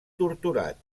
torturat